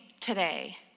Today